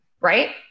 right